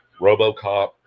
RoboCop